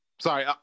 Sorry